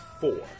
four